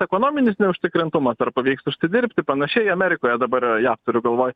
ekonominis neužtikrintumas ar pavyks užsidirbti panašiai amerikoje dabar yra jav turiu galvoj